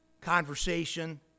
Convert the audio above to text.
conversation